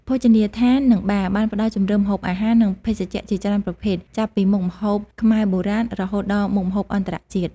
ភោជនីយដ្ឋាន និងបារ បានផ្ដល់ជម្រើសម្ហូបអាហារ និងភេសជ្ជៈជាច្រើនប្រភេទ ចាប់ពីមុខម្ហូបខ្មែរបុរាណ រហូតដល់មុខម្ហូបអន្តរជាតិ។